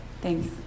Thanks